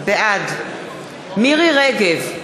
בעד מירי רגב,